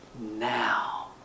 now